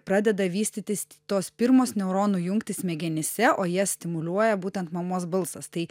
pradeda vystytis tos pirmos neuronų jungtys smegenyse o jas stimuliuoja būtent mamos balsas tai